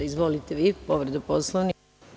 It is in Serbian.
Izvolite vi, povreda Poslovnika.